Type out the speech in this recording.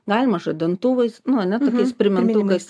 galima žadintuvais nuo net ir nu va net tokiais primintukais